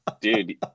Dude